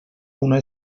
una